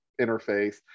interface